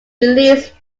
released